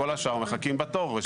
כל השאר מחכים בתור.